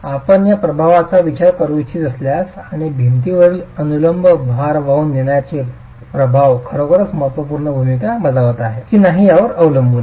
आपण या प्रभावाचा विचार करू इच्छित असल्यास आणि भिंतीवरील अनुलंब भार वाहून नेण्यामध्ये प्रभाव खरोखरच महत्त्वपूर्ण भूमिका बजावत आहे की नाही यावर अवलंबून आहे